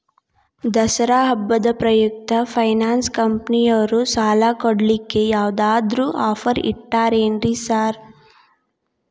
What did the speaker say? ದಸರಾ ಹಬ್ಬದ ಪ್ರಯುಕ್ತ ಫೈನಾನ್ಸ್ ಕಂಪನಿಯವ್ರು ಸಾಲ ಕೊಡ್ಲಿಕ್ಕೆ ಯಾವದಾದ್ರು ಆಫರ್ ಇಟ್ಟಾರೆನ್ರಿ ಸಾರ್?